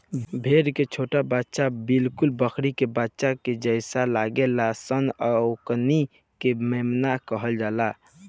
भेड़ के छोट बच्चा बिलकुल बकरी के बच्चा के जइसे लागेल सन ओकनी के मेमना कहल जाला